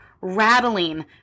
rattling